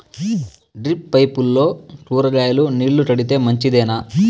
Drip పైపుల్లో కూరగాయలు నీళ్లు కడితే మంచిదేనా?